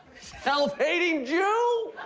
self-hating jew!